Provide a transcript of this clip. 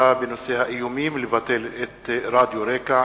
האיומים לבטל את רדיו רק"ע,